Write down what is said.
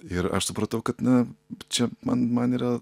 ir aš supratau kad na čia man man yra